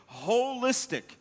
holistic